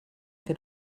que